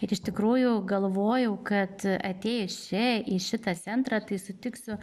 ir iš tikrųjų galvojau kad atėjus čia į šitą centrą tai sutiksiu